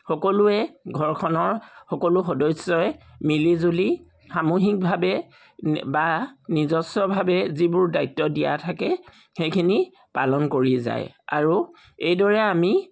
সকলোৱে ঘৰখনৰ সকলো সদস্যই মিলি জুলি সামূহিকভাৱে বা নিজস্বভাৱে যিবোৰ দায়িত্ব দিয়া থাকে সেইখিনি পালন কৰি যায় আৰু এইদৰে আমি